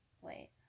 Wait